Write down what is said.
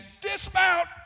dismount